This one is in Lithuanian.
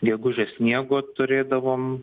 gegužę sniego turėdavom